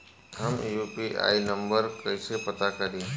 हम UPI number कइसे पता करी?